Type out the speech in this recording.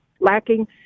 lacking